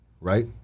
right